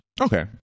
Okay